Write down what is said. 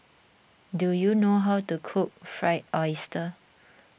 do you know how to cook Fried Oyster